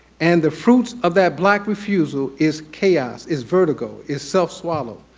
and the fruits of that black refusal, is chaos, is vertigo, is self swallowed,